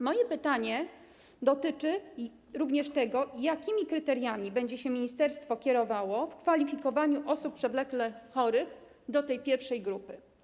Moje pytanie dotyczy również tego, jakimi kryteriami będzie się kierowało ministerstwo podczas kwalifikowania osób przewlekle chorych do tej pierwszej grupy?